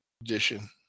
edition